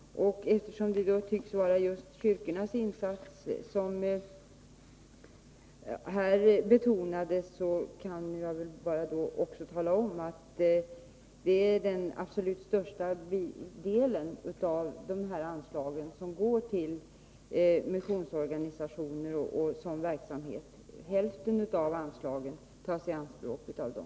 Eftersom just kyrkornas insats betonades här, kan jag också tala om att den absolut största delen av dessa anslag går till missionsorganisationer och sådan verksamhet. Hälften av anslagen tas i anspråk av dem.